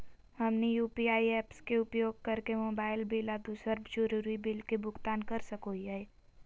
हमनी UPI apps के उपयोग करके मोबाइल बिल आ दूसर जरुरी बिल के भुगतान कर सको हीयई